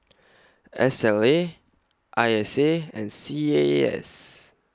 S L A I S A and C A A S